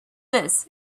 this